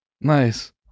Nice